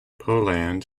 poland